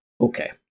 Okay